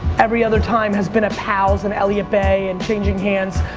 every other time has been a powell's, an elliott bay and changing hands,